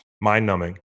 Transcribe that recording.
mind-numbing